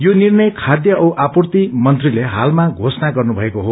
यो निर्णय खाध्य औ आपूर्ति मंत्रीले हालमा घोषणा गर्नु भएको हो